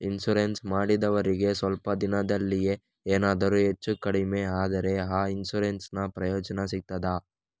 Insurance ಮಾಡಿದವರಿಗೆ ಸ್ವಲ್ಪ ದಿನದಲ್ಲಿಯೇ ಎನಾದರೂ ಹೆಚ್ಚು ಕಡಿಮೆ ಆದ್ರೆ ಆ ಇನ್ಸೂರೆನ್ಸ್ ನ ಪ್ರಯೋಜನ ಸಿಗ್ತದ?